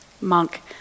monk